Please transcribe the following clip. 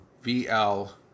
V-L